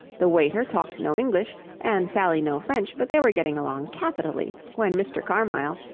the waiter talked no english and sally no french, but they were getting along capitally, when mr. carmyle,